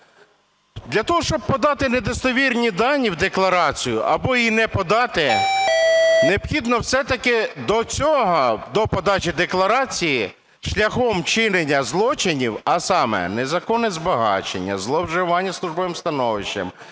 Для того, щоб подати недостовірні дані в декларацію або її не подати, необхідно все-таки до цього, до подачі декларації, шляхом вчинення злочинів, а саме незаконне збагачення, зловживання службовим становищем,